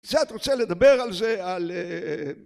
קצת רוצה לדבר על זה על...